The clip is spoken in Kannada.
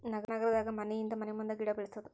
ನಗರದಾಗ ಮನಿಹಿಂದ ಮನಿಮುಂದ ಗಿಡಾ ಬೆಳ್ಸುದು